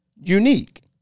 unique